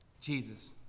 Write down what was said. Jesus